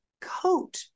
coat